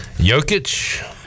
Jokic